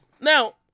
Now